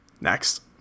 Next